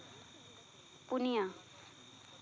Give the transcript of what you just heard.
ᱯᱩᱱᱭᱟ